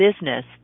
business